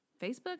Facebook